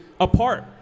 apart